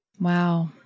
Wow